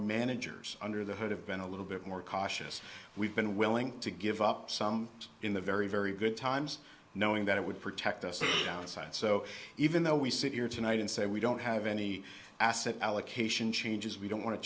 managers under the hood have been a little bit more cautious we've been willing to give up some in the very very good times knowing that it would protect us a downside so even though we sit here tonight and say we don't have any asset allocation changes we don't want to